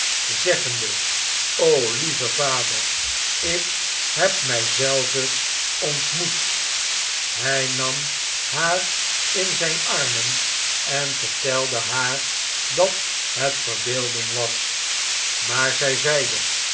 zeggende lieve vader ik heb mij zelve ontmoet hy nam haar in zijn armen en vertelde haar dat het verbeelding was maar zy zeide